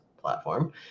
platform